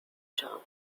job